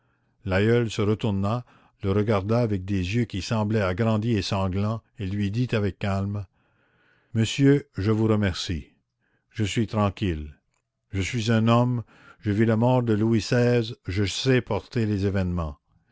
l'aïeul se retourna le regarda avec des yeux qui semblaient agrandis et sanglants et lui dit avec calme monsieur je vous remercie je suis tranquille je suis un homme j'ai vu la mort de louis xvi je sais porter les événements